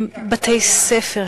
הם בתי-ספר,